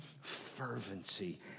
fervency